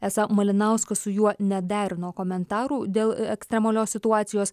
esą malinauskas su juo nederino komentarų dėl ekstremalios situacijos